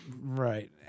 Right